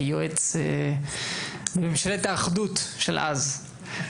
כיועץ ממשלת האחדות של אז,